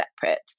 separate